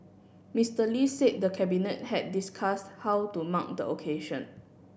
Mister Lee said the Cabinet had discussed how to mark the occasion